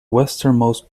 westernmost